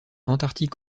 antarctique